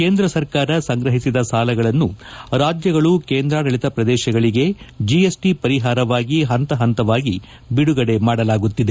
ಕೇಂದ್ರ ಸರ್ಕಾರ ಸಂಗ್ರಹಿಸಿದ ಸಾಲಗಳನ್ನು ರಾಜ್ಯಗಳು ಕೇಂದ್ರಾಡಳಿತ ಪ್ರದೇಶಗಳಿಗೆ ಜಿಎಸ್ಟಿ ಪರಿಹಾರವಾಗಿ ಹಂತ ಹಂತವಾಗಿ ಬಿಡುಗಡೆ ಮಾಡಲಾಗುತ್ತದೆ